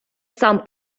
сам